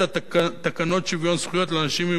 את תקנות שוויון זכויות לאנשים עם